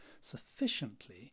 sufficiently